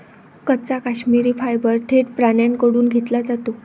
कच्चा काश्मिरी फायबर थेट प्राण्यांकडून घेतला जातो